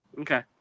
Okay